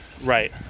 Right